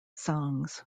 songs